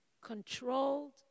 controlled